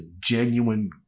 genuine